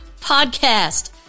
podcast